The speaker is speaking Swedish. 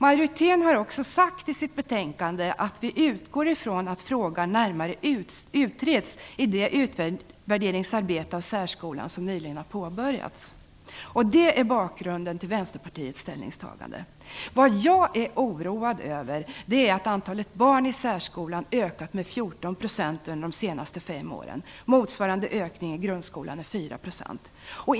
Majoriteten har också sagt i sitt betänkande att man utgår från att frågan närmare utreds i det utvärderingsarbete gällande särskolan som nyligen har påbörjats. Det här är bakgrunden till Vänsterpartiets ställningstagande. Vad jag är oroad över är att antalet barn i särskolan har ökat med 14 % under de senaste fem åren. Motsvarande ökning i grundskolan är 4 %.